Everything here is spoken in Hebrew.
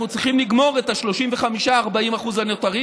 אנחנו צריכים לגמור את ה-35% 40% הנותרים,